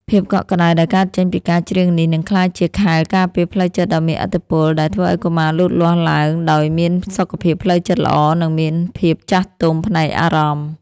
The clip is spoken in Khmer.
ភាពកក់ក្តៅដែលកើតចេញពីការច្រៀងនេះ នឹងក្លាយជាខែលការពារផ្លូវចិត្តដ៏មានឥទ្ធិពល ដែលធ្វើឱ្យកុមារលូតលាស់ឡើងដោយមានសុខភាពផ្លូវចិត្តល្អ និងមានភាពចាស់ទុំផ្នែកអារម្មណ៍។